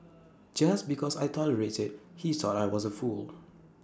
just because I tolerated he thought I was A fool